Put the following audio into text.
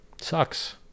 sucks